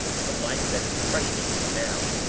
the life that is precious to me now,